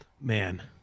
man